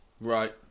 Right